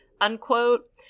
unquote